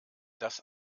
das